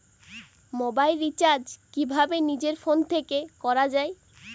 Mobile recharge কিভাবে নিজের phone থেকে করা য়ায়?